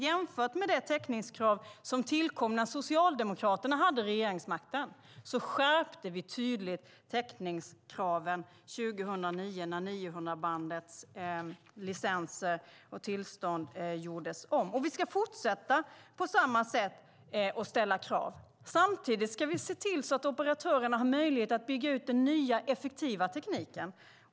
Jämfört med det täckningskrav som tillkom när Socialdemokraterna hade regeringsmakten skärpte vi tydligt täckningskraven 2009 när 900-bandet, licenser och tillstånd gjordes om. Vi ska fortsätta på samma sätt och ställa krav. Samtidigt ska vi se till att operatörerna har möjlighet att bygga ut den nya, effektiva tekniken.